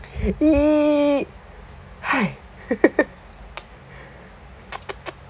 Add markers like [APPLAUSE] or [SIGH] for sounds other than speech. !ee! [NOISE] [LAUGHS] [NOISE]